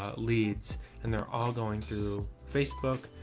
ah leads and they're all going through facebook,